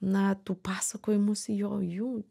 na tų pasakojimosi jo jų